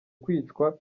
kwicwa